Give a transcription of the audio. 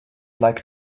like